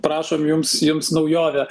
prašom jums jums naujovė